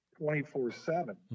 24-7